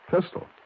Pistol